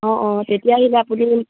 অঁ অঁ তেতিয়া আহিলে আপুনি